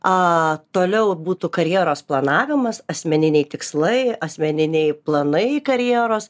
a toliau būtų karjeros planavimas asmeniniai tikslai asmeniniai planai karjeros